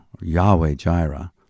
Yahweh-Jireh